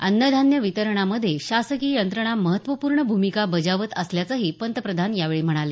अन्न धान्य वितरणामधे शासकीय यंत्रणा महत्त्वपूर्ण भूमिका बजावत असल्याचंही पंतप्रधान यावेळी म्हणाले